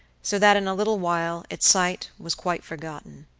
so that in a little while its site was quite forgotten.